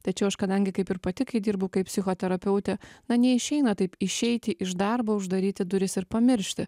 tačiau aš kadangi kaip ir pati kai dirbu kaip psichoterapeutė na neišeina taip išeiti iš darbo uždaryti duris ir pamiršti